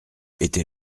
était